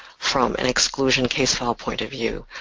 from an exclusion case file point of view.